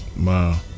Wow